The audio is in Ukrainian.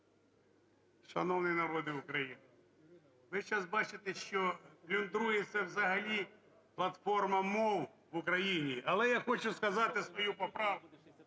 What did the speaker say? шановний народе України! Ви сейчас бачите, що плюндрується взагалі платформа мов в Україні. Але я хочу сказати свою поправку,